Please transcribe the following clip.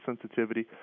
sensitivity